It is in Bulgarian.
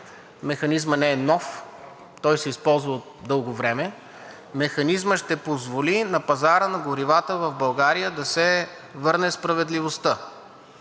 механизмът не е нов, той се използва от дълго време. Механизмът ще позволи на пазара на горивата в България да се върне справедливостта